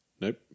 Nope